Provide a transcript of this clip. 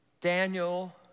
Daniel